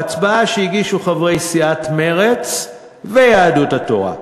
ההצעה שהגישו חברי סיעת מרצ ויהדות התורה.